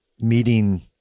meeting